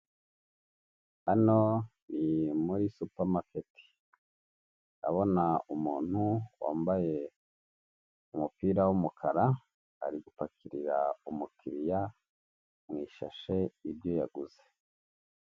Hano ni muri supermarket urabona umuntu wambaye umupira w’ umukara ari gupakira umukiriya amushashe ibyo yaguze.